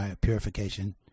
purification